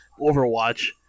Overwatch